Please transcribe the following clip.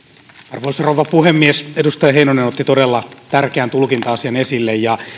arvoisa rouva puhemies edustaja heinonen otti todella tärkeän tulkinta asian esille ja